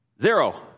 Zero